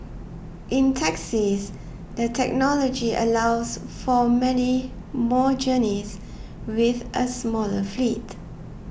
in taxis the technology allows for many more journeys with a smaller fleet